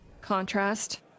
contrast